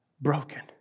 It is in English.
broken